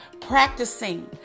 practicing